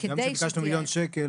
גם כשביקשנו מיליון שקל,